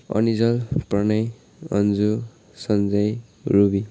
Anijal Pranay Anju Sanjay ruby